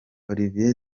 oliver